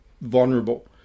vulnerable